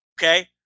Okay